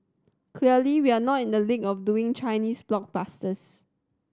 clearly we're not in the league of doing Chinese blockbusters